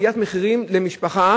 מהי עליית מחירים למשפחה